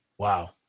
Wow